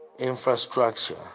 infrastructure